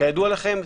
כידוע לכם,